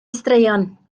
straeon